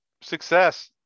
success